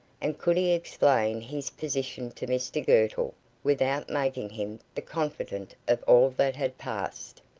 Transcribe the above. and could he explain his position to mr girtle without making him the confidant of all that had passed?